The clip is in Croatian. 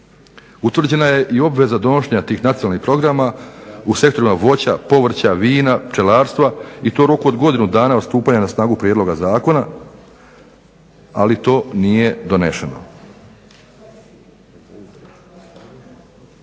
Utvrđena je i obveza donošenja tih nacionalnih programa u sektorima voća, povrća, vina, pčelarstva i to u roku od godinu dana od stupanja na snagu prijedloga zakona, ali to nije doneseno.